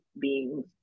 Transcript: beings